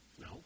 No